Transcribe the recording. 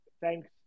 Thanks